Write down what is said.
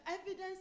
evidence